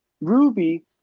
Ruby